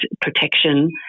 protection